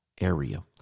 area